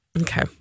Okay